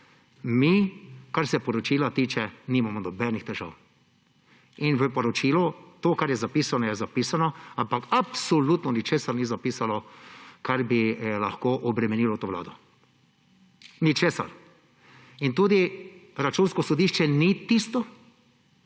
Mi, kar se poročila tiče, nimamo nobenih težav. In v poročilu to, kar je zapisano, je zapisano, ampak absolutno ničesar ni zapisano, kar bi lahko obremenilo to vlado. Ničesar. Tudi Računsko sodišče ni tisto,